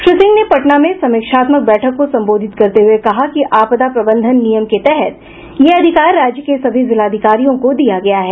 श्री सिंह पटना में समीक्षात्मक बैठक को संबोधित करते हुये कहा कि आपदा प्रबंधन नियम के तहत यह अधिकार राज्य के सभी जिलाधिकारियों को दिया गया है